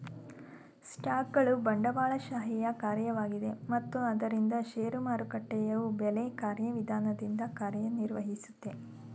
ಸ್ಟಾಕ್ಗಳು ಬಂಡವಾಳಶಾಹಿಯ ಕಾರ್ಯವಾಗಿದೆ ಮತ್ತು ಆದ್ದರಿಂದ ಷೇರು ಮಾರುಕಟ್ಟೆಯು ಬೆಲೆ ಕಾರ್ಯವಿಧಾನದಿಂದ ಕಾರ್ಯನಿರ್ವಹಿಸುತ್ತೆ